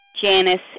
Janice